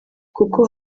kuko